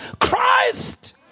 Christ